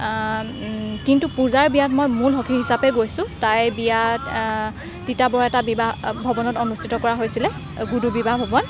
কিন্তু পূজাৰ বিয়াত মই মূল সখী হিচাপে গৈছোঁ তাইৰ বিয়াত তিতাবৰ এটা বিবাহ ভৱনত অনুষ্ঠিত কৰা হৈছিলে গুডু বিবাহ ভৱন